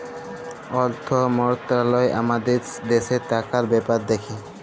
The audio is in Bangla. অথ্থ মলত্রলালয় আমাদের দ্যাশের টাকার ব্যাপার দ্যাখে